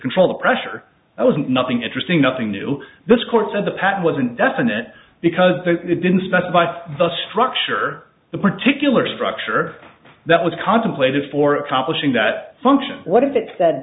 control the pressure i wasn't nothing interesting nothing new this court said the patent wasn't definite because it didn't specify the structure the particular structure that was contemplated for accomplishing that function what if it said